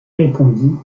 répondit